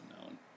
known